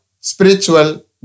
spiritual